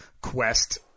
quest